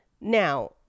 Now